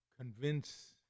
convince